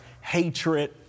hatred